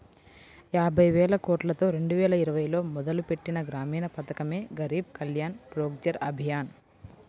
యాబైవేలకోట్లతో రెండువేల ఇరవైలో మొదలుపెట్టిన గ్రామీణ పథకమే గరీబ్ కళ్యాణ్ రోజ్గర్ అభియాన్